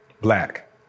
black